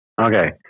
Okay